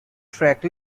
track